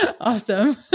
Awesome